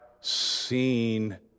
seen